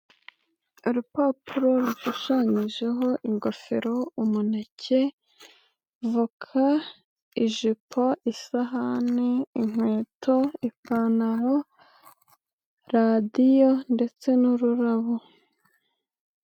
Urupapuro rushushanyijeho: ingofero, umuneke, voka, ijipo, isahani, inkweto, ipantaro, radiyo ndetse n'ururabo.